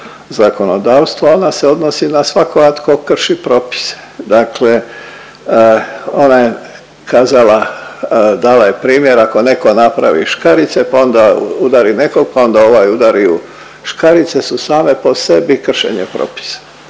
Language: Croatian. zakonodavstvu, ona se odnosi na svakoga tko krši propise. Dakle ona je kazala, dala je primjer, ako netko napravi „škarice“ pa onda udari nekog pa onda ovaj udari u, „škarice“ su same po sebi kršenje propisa,